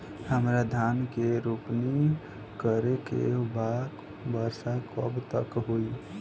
हमरा धान के रोपनी करे के बा वर्षा कब तक होई?